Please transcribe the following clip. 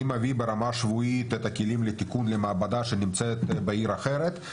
אני מביא ברמה שבועית את הכלים לתיקון למעבדה שנמצאת בעיר אחרת.